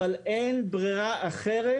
אבל אין ברירה אחרת,